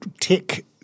tech